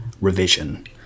revision